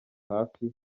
hafi